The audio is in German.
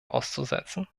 auszusetzen